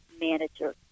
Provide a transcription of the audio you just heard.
manager